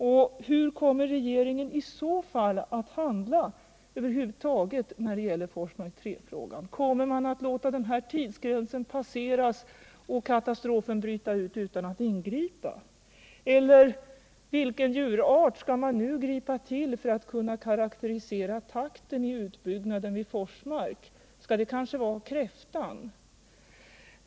Och hur kommer regeringen i så fall att handla när det gäller Forsmark 3-frågan över huvud taget? Kommer regeringen att låta tidsgränsen passeras och katastrofen bryta ut utan att ingripa? Eller vilken djurart skall man nu tillgripa för att kunna karakterisera takten i utbyggnaden vid Forsmark? Skall det kanske vara kräftan?